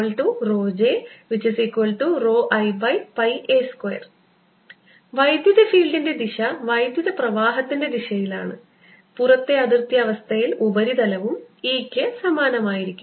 EρjρIa2 വൈദ്യുത ഫീൽഡിൻറെ ദിശ വൈദ്യുത പ്രവാഹത്തിന്റെ ദിശയിലാണ് പുറത്തെ അതിർത്തി അവസ്ഥയിൽ ഉപരിതലവും E ക്ക് സമാനമായിരിക്കും